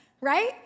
Right